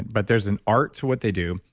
but there's an art to what they do.